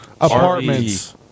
Apartments